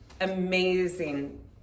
amazing